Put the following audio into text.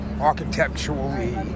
architecturally